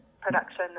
production